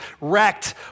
wrecked